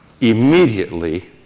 Immediately